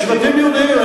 שבטים יהודיים.